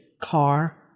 car